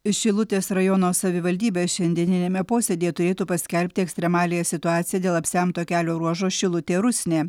šilutės rajono savivaldybės šiandieniniame posėdyje turėtų paskelbti ekstremaliąją situaciją dėl apsemto kelio ruožo šilutė rusnė